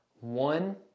one